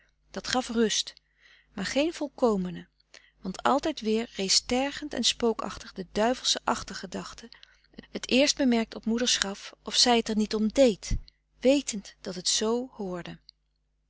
dat gaf rust maar geen volkomene want altijd weer rees tergend en spookachtig de duivelsche achtergedachte t eerst bemerkt op moeders graf of zij t er niet om deed wetend dat t zoo hoorde